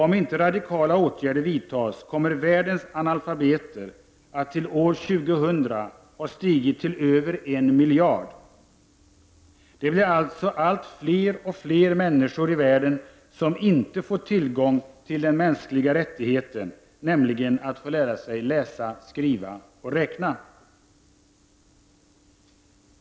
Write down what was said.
Om inte radikala åtgärder vidtas kommer världens analfabeter att till år 2000 ha stigit till över en miljard. Det blir alltså allt fler människor som inte får tillgång till den mänskliga rättigheten, nämligen den att få lära sig läsa, skriva och räkna.